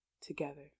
together